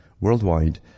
worldwide